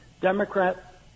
Democrat